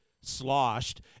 sloshed